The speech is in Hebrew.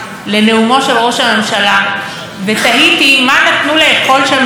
ותהיתי מה נתנו לאכול שם בלשכה בארוחת הצוהריים.